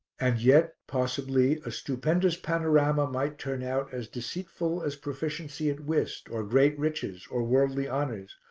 and yet, possibly, a stupendous panorama might turn out as deceitful as proficiency at whist, or great riches, or worldly honours,